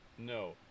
No